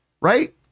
right